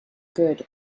good